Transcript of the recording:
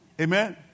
Amen